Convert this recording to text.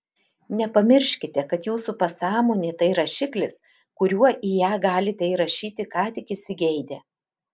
nepamirškite kad jūsų pasąmonė tai rašiklis kuriuo į ją galite įrašyti ką tik įsigeidę